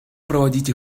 проводить